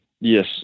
yes